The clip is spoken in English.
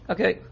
Okay